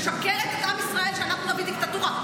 משקרת את עם ישראל שאנחנו בדיקטטורה,